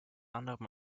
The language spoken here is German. anderem